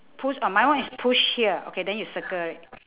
pull oh my one is push here then you circle it